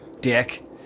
dick